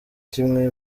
kimwe